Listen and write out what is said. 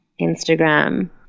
instagram